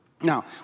Now